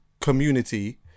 community